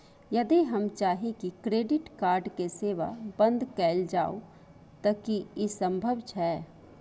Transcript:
यदि हम चाही की क्रेडिट कार्ड के सेवा बंद कैल जाऊ त की इ संभव छै?